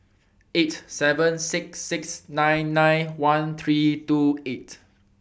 eight seven six six nine nine one three two eight